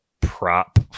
prop